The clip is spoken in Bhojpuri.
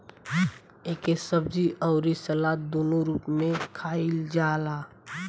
एके सब्जी अउरी सलाद दूनो रूप में खाईल जाला